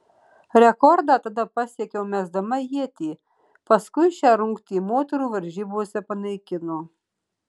rekordą tada pasiekiau mesdama ietį paskui šią rungtį moterų varžybose panaikino